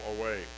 away